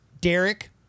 Derek